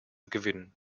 gewinnen